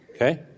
Okay